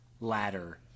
ladder